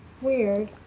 weird